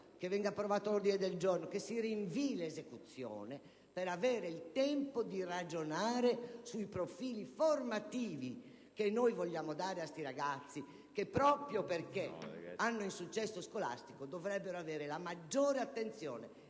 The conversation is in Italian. che venga approvato l'ordine del giorno e che si rinvii l'esecuzione del provvedimento per avere il tempo di ragionare sui profili formativi che vogliamo dare a questi ragazzi i quali, proprio perché conseguono un insuccesso scolastico, dovrebbero ricevere la maggiore attenzione